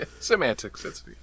Semantics